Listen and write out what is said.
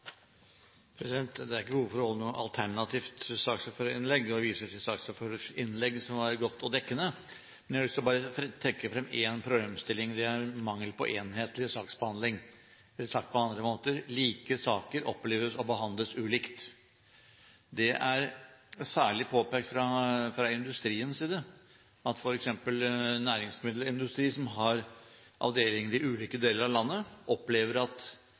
sikra. Det er ikke behov for å holde noe alternativt saksordførerinnlegg – jeg viser til saksordførerens innlegg, som var godt og dekkende. Men jeg har lyst til bare å trekke frem én problemstilling, og det er mangel på enhetlig saksbehandling. Sagt på en annen måte, man opplever at like saker behandles ulikt. Det er særlig påpekt fra industriens side at f.eks. næringsmiddelindustri som har avdelinger i ulike deler av landet, opplever at